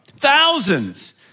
thousands